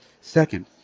Second